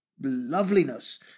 loveliness